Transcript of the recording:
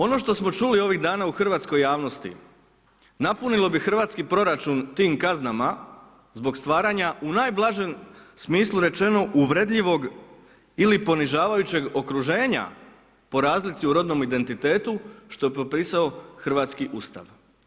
Ono što smo čuli ovih dana u hrvatskoj javnosti, napunilo bi hrvatski proračun tim kaznama zbog stvaranja u najblažem smislu rečeno uvredljivog ili ponižavajućeg okruženja po razlici o rodnom identitetu što je propisao hrvatski Ustav.